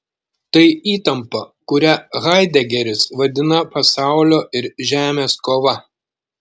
tai įtampa kurią haidegeris vadina pasaulio ir žemės kova